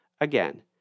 Again